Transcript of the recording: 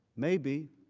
maybe